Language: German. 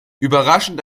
überraschend